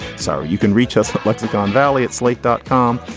sorry. you can reach us lexicon valley at slate dot com.